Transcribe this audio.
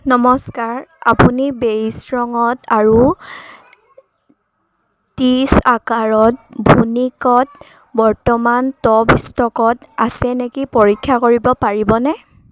নমস্কাৰ আপুনি বেইজ ৰঙত আৰু ত্ৰিছ আকাৰত ভুনিকত বৰ্তমান টপ ষ্টকত আছে নেকি পৰীক্ষা কৰিব পাৰিবনে